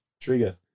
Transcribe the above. trigger